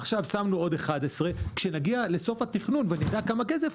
עכשיו נשים עוד 11. כשנגיע לסוף התכנון ונדע כמה כסף,